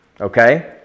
Okay